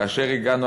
כאשר הגענו,